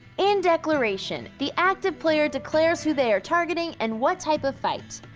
in declaration, the active player declares who they are targeting and what type of fight.